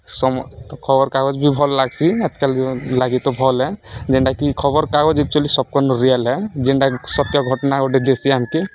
ସମ ଖବର୍କାଗଜ୍ ବି ଭଲ୍ ଲାଗ୍ସି ଆଜ୍ କାଲ୍ ଲାଗି ତ ଭଲ୍ ଯେନ୍ଟାକି ଖବର୍କାଗଜ୍ ଏକ୍ଚୁଆଲି ସବ୍କନୁ ରିଏଲ୍ ଏ ଯେନ୍ଟାକି ସତ୍ୟ ଘଟଣା ଗୁଟେ ଦେସିି ଆମ୍କେ